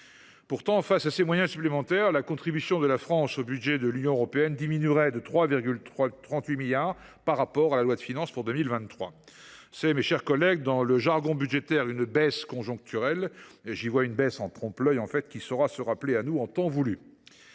Pourtant, même avec ces moyens supplémentaires, la contribution de la France au budget de l’Union européenne diminuerait de 3,38 milliards d’euros par rapport à la loi de finances pour 2023. C’est, mes chers collègues, ce que l’on appelle dans le jargon budgétaire une baisse conjoncturelle. J’y vois pour ma part une baisse en trompe l’œil, qui saura se rappeler à nous en temps voulu.